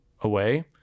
away